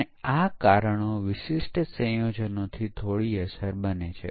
હવે પ્રોગ્રામના પ્રકારને આધારે અમુક પ્રકારના દોષોને નકારી શકાય છે